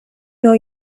know